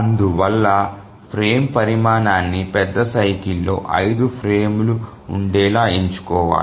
అందువల్ల ఫ్రేమ్ పరిమాణాన్ని పెద్ద సైకిల్ లో ఐదు ఫ్రేమ్లు ఉండేలా ఎంచుకోవాలి